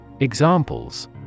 Examples